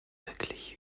wirklich